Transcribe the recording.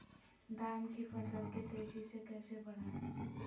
धान की फसल के तेजी से कैसे बढ़ाएं?